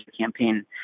campaign